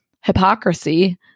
hypocrisy